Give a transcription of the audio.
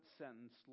sentence